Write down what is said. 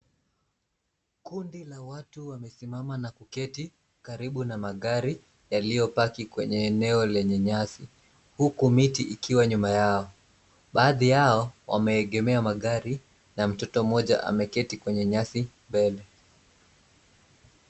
Kundi la watu wamesimama na kuketi karibu na magari yaliopaki kwenye eneo lenye nyasi huku miti ikiwa nyuma yao. Baadhi yao wameegemea magari na mtoto mmoja ameketi kwenye nyasi mbele.